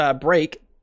break